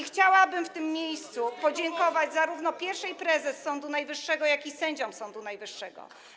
Chciałabym w tym miejscu podziękować zarówno pierwszej prezes Sądu Najwyższego, jak i sędziom Sądu Najwyższego.